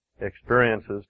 experiences